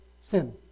sin